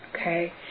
Okay